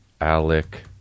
Alec